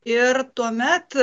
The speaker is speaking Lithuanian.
ir tuomet